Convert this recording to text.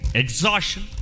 exhaustion